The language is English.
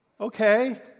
okay